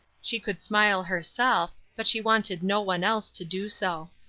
she could smile herself, but she wanted no one else to do so.